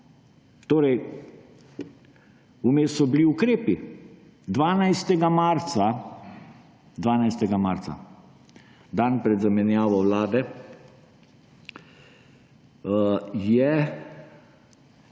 državo. Vmes so bili ukrepi. 12. marca, dan pred zamenjavo vlade, je